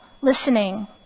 listening